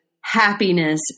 happiness